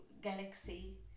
galaxy